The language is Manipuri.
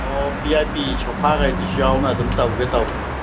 ꯑꯣ ꯕꯤ ꯑꯥꯏ ꯄꯤ ꯁꯣꯐꯥꯒꯥꯏꯗꯨꯁꯨ ꯌꯥꯎꯅ ꯑꯗꯨꯝ ꯇꯧꯒꯦ ꯇꯧꯕ